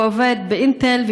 הוא עובד באינטל,